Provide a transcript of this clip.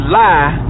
lie